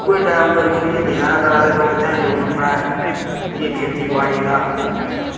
उऐ टैम करी करियै गुजारा करा दे लोक ध्याड़ी अपने इयै खेती बाड़ी दा